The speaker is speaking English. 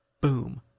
Boom